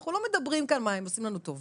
אנחנו לא מדברים כאן, מה, הם עושים לנו טובה?